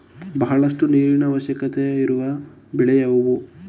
ಬಹಳಷ್ಟು ನೀರಿನ ಅವಶ್ಯಕವಿರುವ ಬೆಳೆ ಯಾವುವು?